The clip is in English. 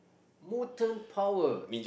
mutant power